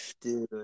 Dude